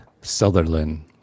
Sutherland